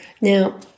Now